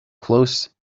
close